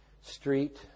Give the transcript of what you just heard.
street